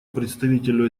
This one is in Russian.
представителю